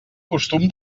costum